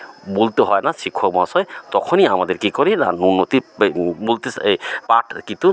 বলতে হয় না শিক্ষক মহাশয় তখনই আমাদের কী করে না উন্নতির বা বলতেস এই পাঠ কিন্তু